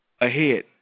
ahead